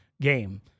game